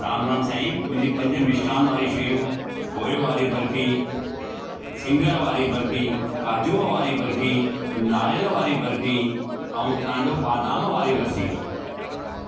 राम राम साईं मुंहिंजी पंज मिशठान वारी शयूं खोए वारी बर्फ़ी सिङर वारी बर्फ़ी काजूअ वारी बर्फ़ी नारियल वारी बर्फ़ी ऐं तव्हांजो बादाम वारी बर्फ़ी